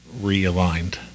realigned